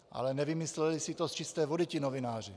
Ale nevymysleli si to z čisté vody ti novináři.